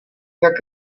tak